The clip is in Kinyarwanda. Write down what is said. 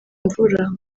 mvura